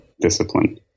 discipline